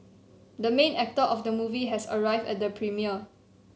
the main actor of the movie has arrived at the premiere